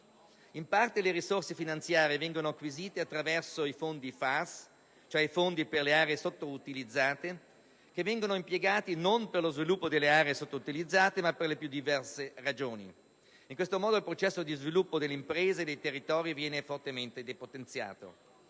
In parte le risorse finanziarie vengono acquisite attraverso i fondi FAS, i fondi per le aree sottoutilizzate, impiegati non per lo sviluppo delle aree sottoutilizzate ma per le più diverse ragioni. In questo modo il processo di sviluppo delle imprese e dei territori viene fortemente depotenziato.